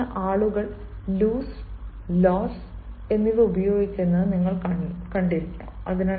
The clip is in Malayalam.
ഉദാഹരണത്തിന് ആളുകൾ ലൂസ് ലോസ് എന്നിവ ഉപയോഗിക്കുന്നത് നിങ്ങൾ കണ്ടിരിക്കാം